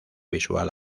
visual